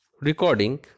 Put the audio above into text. recording